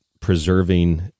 preserving